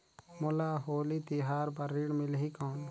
मोला होली तिहार बार ऋण मिलही कौन?